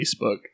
Facebook